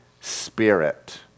Spirit